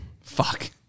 Fuck